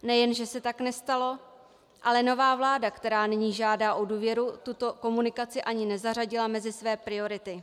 Nejen že se tak nestalo, ale nová vláda, která nyní žádá o důvěru, tuto komunikaci ani nezařadila mezi své priority.